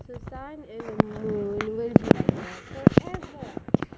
so sun and moon will be together forever